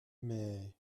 mais